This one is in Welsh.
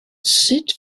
sut